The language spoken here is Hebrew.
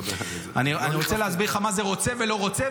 אני רוצה להסביר לך מה זה רוצה ולא רוצה,